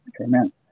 Amen